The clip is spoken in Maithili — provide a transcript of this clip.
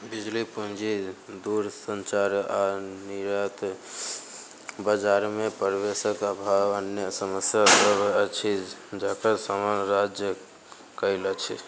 बिजली पूँजी दूरसंचार आ निर्यात बजारमे प्रवेशक अभाव अन्य समस्या सभ अछि जकर सामना राज्य कयल अछि